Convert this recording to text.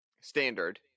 standard